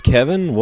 Kevin